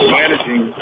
managing